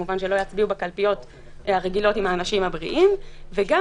שלא יצביעו בקלפיות הרגילות עם האנשים הבריאים וגם